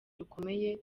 rukomeye